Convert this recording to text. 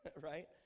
right